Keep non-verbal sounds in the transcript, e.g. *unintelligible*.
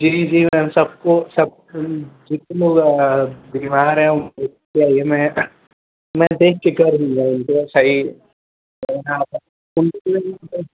जी जी मैम सबको सबको जितने लोग बीमार हैं चलिए मैं मैं देख के कर दूँगा उनको सही *unintelligible*